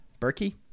Berkey